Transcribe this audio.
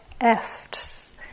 efts